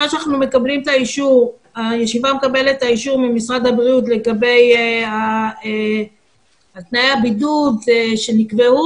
אחרי שהישיבה מקבלת את האישור ממשרד הבריאות לגבי תנאי הבידוד שנקבעו,